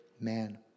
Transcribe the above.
Man